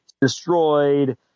destroyed